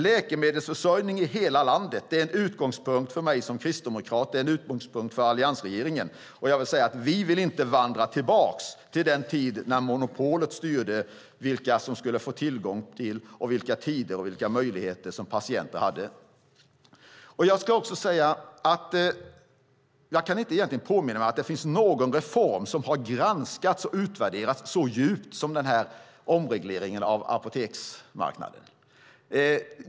Läkemedelsförsörjning i hela landet är en utgångspunkt för mig som kristdemokrat och en utgångspunkt för alliansregeringen. Vi vill inte vandra tillbaka till den tid då monopolet styrde tillgänglighet, tider och möjligheter för patienterna. Jag kan egentligen inte påminna mig någon reform som har granskats och utvärderats så djupt som omregleringen av apoteksmarknaden.